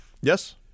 yes